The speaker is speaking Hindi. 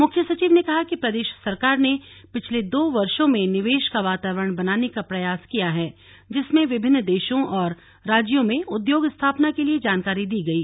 मुख्य सचिव ने कहा कि प्रदेश सरकार ने पिछले दो वर्षो में निवेश का वातावरण बनाने का प्रयास किया है जिसमें विभिन्न देशों और राज्यों में राज्य में उद्योग स्थापना के लिए जानकारी दी गई